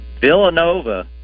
villanova